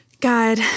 God